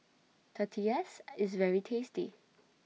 Tortillas IS very tasty